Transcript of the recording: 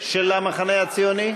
של המחנה הציוני?